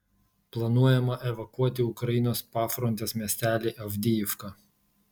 planuojama evakuoti ukrainos pafrontės miestelį avdijivką